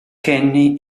kenny